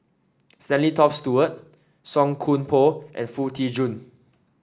Stanley Toft Stewart Song Koon Poh and Foo Tee Jun